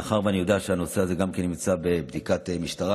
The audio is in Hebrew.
מאחר שאני יודע שהנושא הזה גם נמצא בבדיקת משטרה,